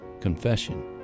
confession